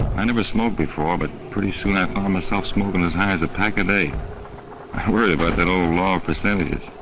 i never smoked before but pretty soon i found myself smoking as high as a pack and i worry about that old law of percentages.